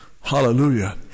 hallelujah